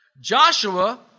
Joshua